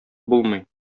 булмый